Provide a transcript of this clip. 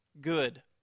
good